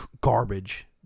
garbage